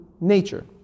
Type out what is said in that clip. nature